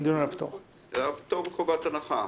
הפטר מחובת הנחה,